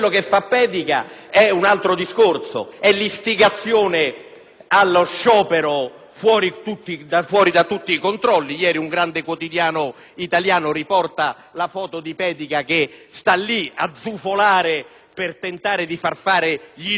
fuori da ogni controllo. Ieri un grande quotidiano italiano riporta la foto di Pedica che sta lì a zufolare per tentare di far fare inutili scioperi, quando invece la Compagnia aerea italiana